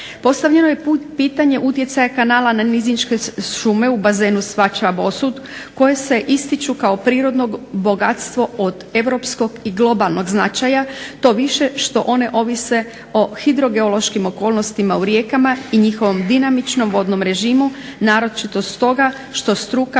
Postavljeno je pitanje utjecaja kanala na nizinske šume u bazenu Spačva – Bosut koje se ističu kao prirodno bogatstvo od europskog i globalnog značaja to više što one ovise o hidrogeološkim okolnostima u rijekama i njihovom dinamičnom vodnom režimu naročito stoga što struka